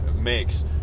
makes